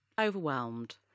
overwhelmed